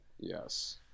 yes